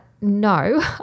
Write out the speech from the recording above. no